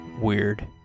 weird